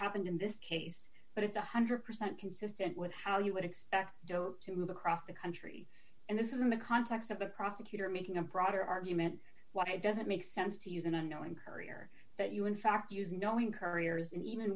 happened in this case but it's one hundred percent consistent with how you would expect dope to move across the country and this is in the context of the prosecutor making a broader argument why it doesn't make sense to use an unknowing courier that you in fact use knowing couriers and even